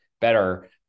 better